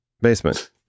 basement